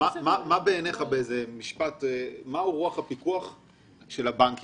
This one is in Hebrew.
מה היא רוח הפיקוח של הבנקים?